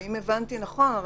אם הבנתי נכון,